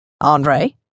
Andre